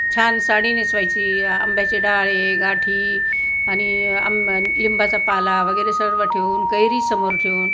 छान साडी नेसवायची आंब्याचे डहाळे गाठी आणि आंबा लिंबाचा पाला वगैरे सर्व ठेऊन कैरी समोर ठेऊन